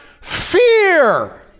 fear